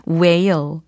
whale